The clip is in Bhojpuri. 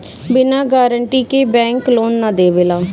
बिना गारंटी के बैंक लोन ना देवेला